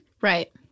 right